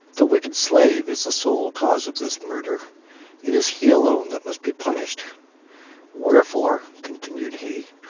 the wicked slave is the sole cause of this murder it is he alone that must be punished wherefore, continued he,